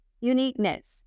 uniqueness